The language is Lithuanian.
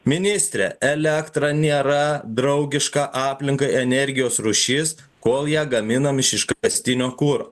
ministre elektra nėra draugiška aplinkai energijos rūšis kol ją gaminam iš iškastinio kuro